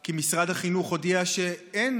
כי משרד החינוך הודיע שאין